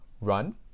Run